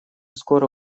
скоро